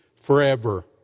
Forever